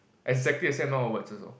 exactly the same amount of words also